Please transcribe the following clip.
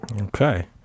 Okay